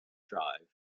drive